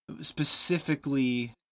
specifically